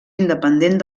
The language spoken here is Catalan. independent